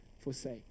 forsake